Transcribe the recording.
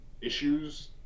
issues